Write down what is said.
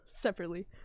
Separately